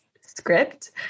script